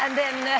and then